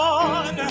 on